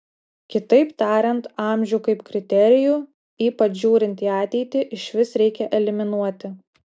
kitaip tariant amžių kaip kriterijų ypač žiūrint į ateitį išvis reikia eliminuoti